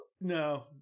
No